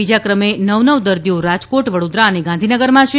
બીજા ક્રમે નવ નવ દર્દીઓ રાજકોટ વડોદરા અને ગાંધીનગરમાં છે